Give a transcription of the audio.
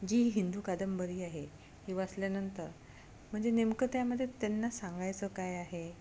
जी हिंदू कादंबरी आहे ही वाचल्यानंतर म्हणजे नेमकं त्यामध्ये त्यांना सांगायचं काय आहे